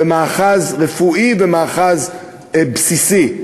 ומאחז רפואי ומאחז בסיסי.